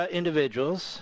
individuals